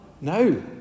no